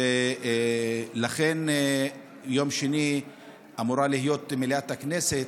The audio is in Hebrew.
ביום שני אמורה להיות מליאת הכנסת,